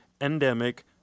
endemic